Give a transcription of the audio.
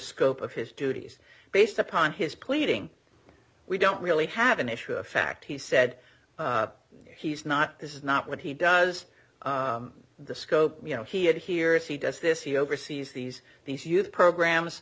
scope of his duties based upon his pleading we don't really have an issue of fact he said he's not this is not what he does the scope you know he had here is he does this he oversees these these youth programs